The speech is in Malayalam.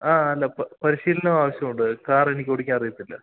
ആ അല്ല പരിശീലനം ആവശ്യമുണ്ട് കാറെനിക്ക് ഓടിക്കാൻ അറിയില്ല